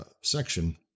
section